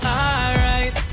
alright